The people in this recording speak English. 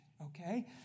okay